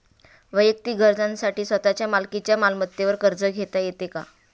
वैयक्तिक गरजांसाठी स्वतःच्या मालकीच्या मालमत्तेवर कर्ज घेता येतो का?